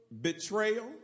betrayal